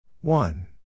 One